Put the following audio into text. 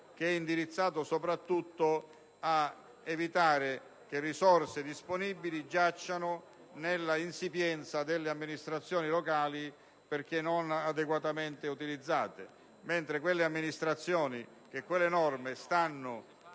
che è indirizzato soprattutto ad evitare che risorse disponibili giacciano nella insipienza delle amministrazioni locali perché non adeguatamente utilizzate. Allo stesso tempo, le amministrazioni che stanno